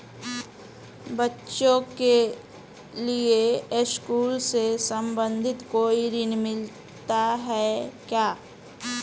बच्चों के लिए स्कूल से संबंधित कोई ऋण मिलता है क्या?